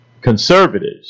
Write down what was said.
Conservatives